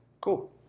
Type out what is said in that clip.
Cool